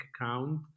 account